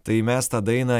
tai mes tą dainą